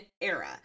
era